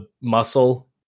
muscle